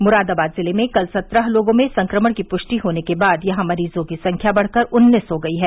मुरादाबाद जिले में कल सत्रह लोगों में संक्रमण की पुष्टि होने के बाद यहां मरीजों की संख्या बढ़कर उन्नीस हो गयी है